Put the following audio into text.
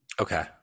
okay